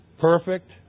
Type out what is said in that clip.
perfect